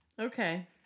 Okay